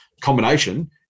combination